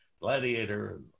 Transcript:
Gladiator